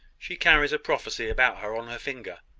she carries a prophecy about her on her finger.